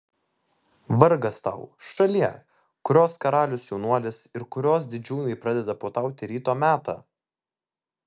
vargas tau šalie kurios karalius jaunuolis ir kurios didžiūnai pradeda puotauti ryto metą